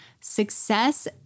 Success